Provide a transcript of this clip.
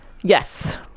Yes